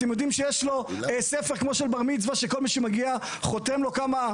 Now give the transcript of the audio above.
אתם יודעים שיש לו ספר כמו של בר מצווה שכל מי שמגיע חותם לו כמה,